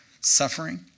suffering